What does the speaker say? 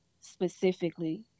specifically